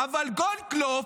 אבל גולדקנופ,